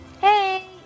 Hey